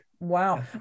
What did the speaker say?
Wow